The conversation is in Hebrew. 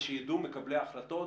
ועוד ועוד צעדים שנוכל להציג בעוד שבוע.